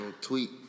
Tweet